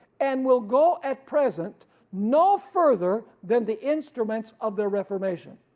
and will go at present no further than the instruments of their reformation.